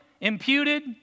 imputed